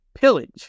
pillage